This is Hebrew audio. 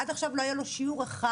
עד עכשיו לא היה לו שיעור אחד